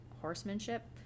horsemanship